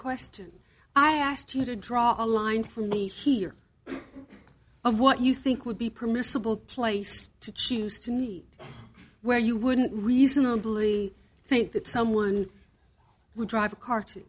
question i asked you to draw a line from me here of what you think would be permissible place to choose to meet where you wouldn't reasonably think that someone would drive a car to